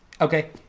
okay